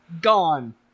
Gone